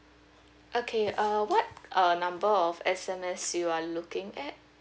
okay uh what uh number of S_M_S you are looking at